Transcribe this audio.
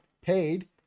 paid